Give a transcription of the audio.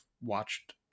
watched